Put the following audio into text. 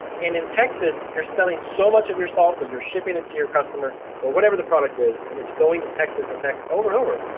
and in texas you're selling so much of your salsa, you're shipping it to your customer or whatever the product is and it's going to texas and texas over and over.